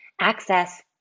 access